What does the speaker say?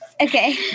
Okay